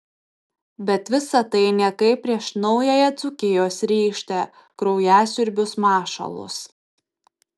bet visa tai niekai prieš naująją dzūkijos rykštę kraujasiurbius mašalus